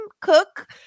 cook